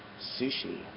sushi